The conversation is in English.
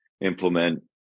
implement